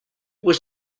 was